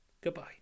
Goodbye